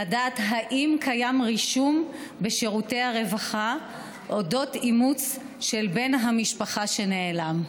לדעת אם קיים רישום בשירותי הרווחה על אודות אימוץ של בן המשפחה שנעלם.